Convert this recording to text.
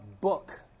book